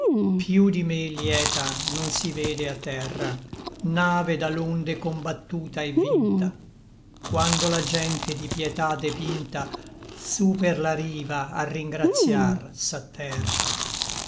piú di me lieta non si vede a terra nave da l'onde combattuta et vinta quando la gente di pietà depinta su per la riva a ringratiar s'atterra